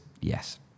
yes